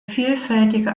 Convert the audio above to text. vielfältige